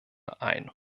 ein